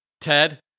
ted